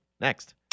next